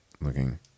looking